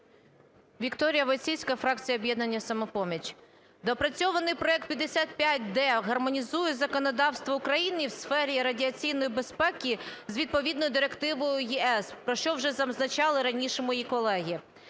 Вікторія Войціцька, фракція "Об'єднання "Самопоміч". Доопрацьований проект 5550-д гармонізує законодавство України в сфері радіаційної безпеки з відповідною директивою ЄС, про що вже зазначали раніше мої колеги.